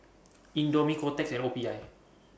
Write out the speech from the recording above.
Indomie Kotex and O P I